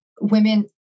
women